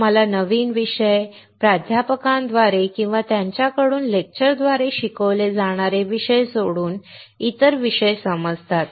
तुम्हाला नवीन विषय प्राध्यापकांद्वारे किंवा त्यांच्याकडून लेक्चरद्वारे शिकवले जाणारे विषय सोडून इतर विषय समजतात